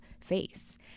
face